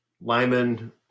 Lyman